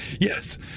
yes